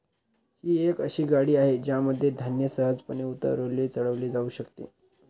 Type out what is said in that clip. ही एक अशी गाडी आहे ज्यामध्ये धान्य सहजपणे उतरवले चढवले जाऊ शकते